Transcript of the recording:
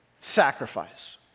sacrifice